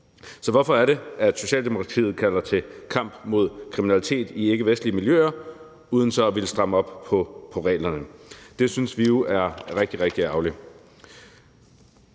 Så hvorfor er det, at Socialdemokratiet kalder til kamp mod kriminalitet i ikkevestlige miljøer uden så at ville stramme op på reglerne? Det synes vi jo er rigtig, rigtig ærgerligt